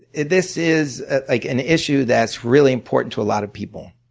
this is like an issue that's really important to a lot of people.